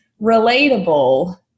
relatable